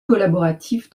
collaboratif